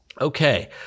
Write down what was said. Okay